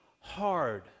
hard